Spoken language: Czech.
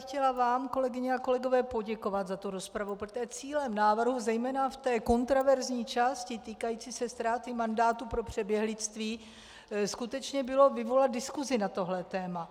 Chtěla bych vám, kolegyně a kolegové, poděkovat za rozpravu, protože cílem návrhu, zejména v té kontroverzní části týkající se ztráty mandátu pro přeběhlictví, skutečně bylo vyvolat diskusi na tohle téma.